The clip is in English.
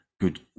good